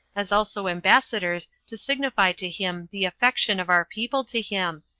as also ambassadors to signify to him the affection of our people to him,